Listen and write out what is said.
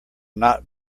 not